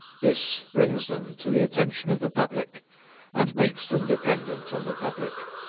this brings them to the attention of the public and makes them dependent on the public.